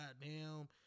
goddamn